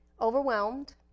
Overwhelmed